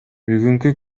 бүгүнкү